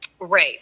Right